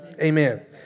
Amen